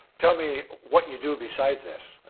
tell me what you do besides this.